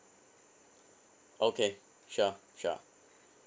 okay sure sure